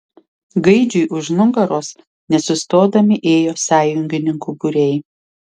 gaidžiui už nugaros nesustodami ėjo sąjungininkų būriai